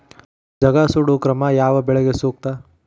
ಜಗಾ ಸುಡು ಕ್ರಮ ಯಾವ ಬೆಳಿಗೆ ಸೂಕ್ತ?